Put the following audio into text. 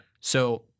So-